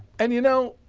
and, you know,